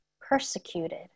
persecuted